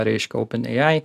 reiškia openai